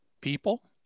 people